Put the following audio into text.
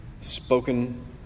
spoken